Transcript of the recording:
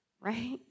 right